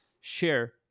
share